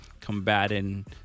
combating